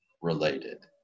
related